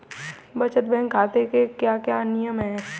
बचत बैंक खाते के क्या क्या नियम हैं?